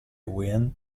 win